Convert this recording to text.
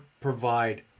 provide